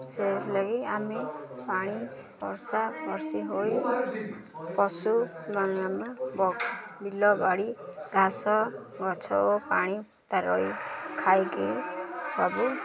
ସେଇଥିଲାଗି ଆମେ ପାଣି ବର୍ଷାବର୍ଶି ହୋଇ ପଶୁମାନେ ଆମେ ବିଲବାଡ଼ି ଘାସ ଗଛ ଓ ପାଣି ତାକୁ ହି ଖାଇକି ସବୁ